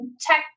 tech